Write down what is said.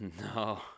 No